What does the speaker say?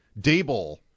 Dable